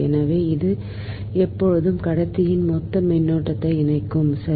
எனவே அது எப்போதும் கடத்தியின் மொத்த மின்னோட்டத்தை இணைக்கும் சரி